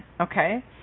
okay